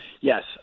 yes